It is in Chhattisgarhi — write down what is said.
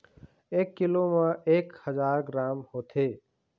एक कीलो म एक हजार ग्राम होथे